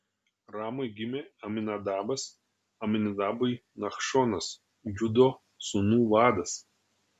ramui gimė aminadabas aminadabui nachšonas judo sūnų vadas